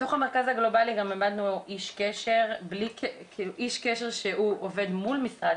בתוך המרכז הגלובלי גם העמדנו איש קשר שהוא עובד מול משרד